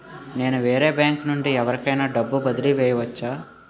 నేను వేరే బ్యాంకు నుండి ఎవరికైనా డబ్బు బదిలీ చేయవచ్చా?